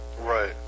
right